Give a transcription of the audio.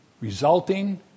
resulting